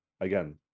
again